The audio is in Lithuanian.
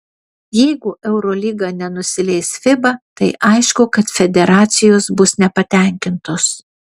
jeigu eurolyga nenusileis fiba tai aišku kad federacijos bus nepatenkintos